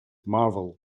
marvel